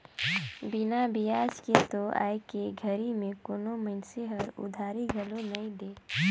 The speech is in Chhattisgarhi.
बिना बियाज के तो आयके घरी में कोनो मइनसे हर उधारी घलो नइ दे